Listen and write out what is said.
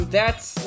thats